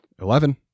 Eleven